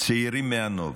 צעירים מהנובה.